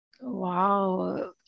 Wow